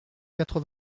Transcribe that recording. quatre